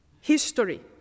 history